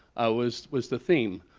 was was the theme.